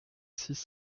six